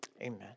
Amen